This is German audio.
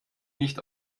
nicht